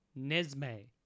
Nesme